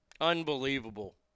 Unbelievable